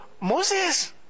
Moses